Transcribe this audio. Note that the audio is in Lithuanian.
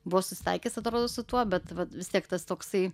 buvo susitaikęs atrodo su tuo bet vis tiek tas toksai